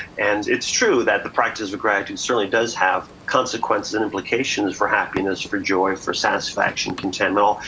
and it's true that the practice of gratitude certainly does have consequence and implications for happiness, for joy, for satisfaction, contentment,